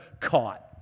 caught